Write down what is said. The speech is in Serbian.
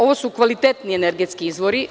Ovo su kvalitetni energetski izvori.